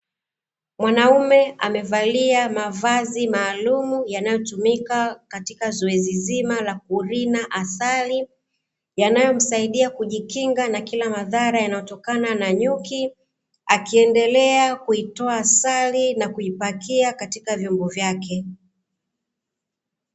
Mwanaume amevalia mavazi maalumu yanayotumika katika zoezi zima la kurina asali yanayomsaidia kujikinga na kila madhara yanayotokana na nyuki, akiendelea kuitoa asali na kuipakia katika vyombo vyake.